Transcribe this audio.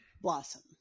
Blossom